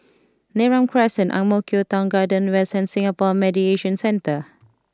Neram Crescent Ang Mo Kio Town Garden West and Singapore Mediation Centre